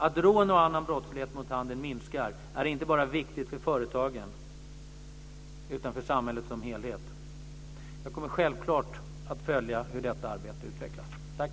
Att rån och annan brottslighet mot handeln minskar är inte bara viktigt för företagen utan för samhället som helhet. Jag kommer självklart att följa hur detta arbete utvecklas. Tack!